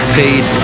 paid